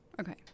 Okay